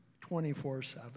24-7